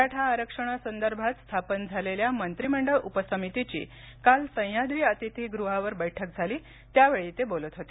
मराठा आरक्षणासंदर्भात स्थापन झालेल्या मंत्रिमंडळ उपसमितीची काल सह्याद्री अतिथीगृहावर बैठक झाली त्यावेळी ते बोलत होते